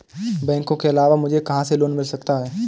बैंकों के अलावा मुझे कहां से लोंन मिल सकता है?